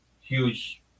huge